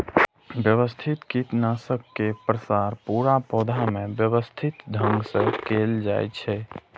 व्यवस्थित कीटनाशक के प्रसार पूरा पौधा मे व्यवस्थित ढंग सं कैल जाइ छै